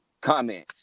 Comment